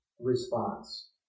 response